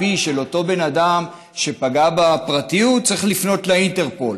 של אותו בן אדם שפגע בפרטיות צריך לפנות לאינטרפול,